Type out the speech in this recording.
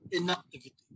Inactivity